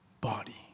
body